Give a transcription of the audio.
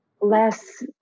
less